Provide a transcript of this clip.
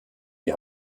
die